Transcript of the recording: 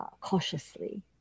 cautiously